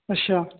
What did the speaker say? ਅੱਛਾ